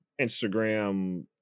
Instagram